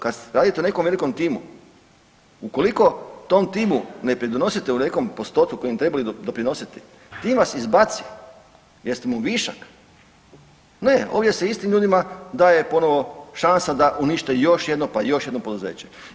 Kad smo, kad radite u nekom velikom timu ukoliko tom timu ne pridonosite u nekom postotku u kojem bi trebali doprinositi, tim vas izbaci jer ste mu višak, ne ovdje se istim ljudima daje ponovo šansa da unište još jedno, pa još jedno poduzeće.